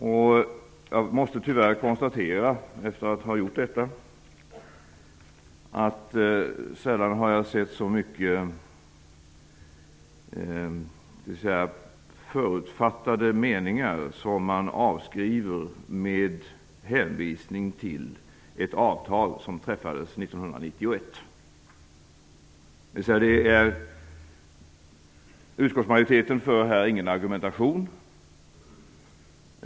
Jag måste tyvärr konstatera att sällan har jag sett så mycket förutfattade meningar som avskrivs med hänvisning till ett avtal som träffades 1991. Utskottsmajoriteten för ingen argumentation.